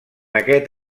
aquest